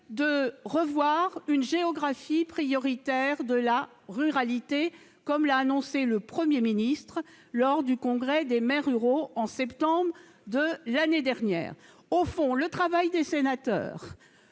de revoir une géographie prioritaire de la ruralité, comme l'a annoncé le Premier ministre lors du congrès des maires ruraux, en septembre dernier. Le travail des sénateurs